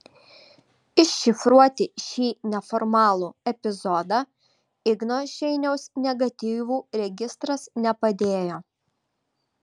iššifruoti šį neformalų epizodą igno šeiniaus negatyvų registras nepadėjo